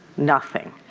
nothing.